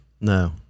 No